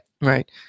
Right